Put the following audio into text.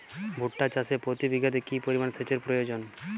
ভুট্টা চাষে প্রতি বিঘাতে কি পরিমান সেচের প্রয়োজন?